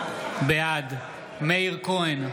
בעד מאיר כהן,